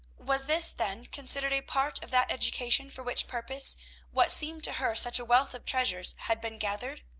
was this, then, considered a part of that education for which purpose what seemed to her such a wealth of treasures had been gathered?